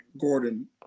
Gordon